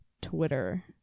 Twitter